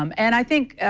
um and i think, ah,